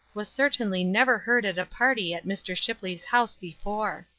was certainly never heard at a party at mr. shipley's house before.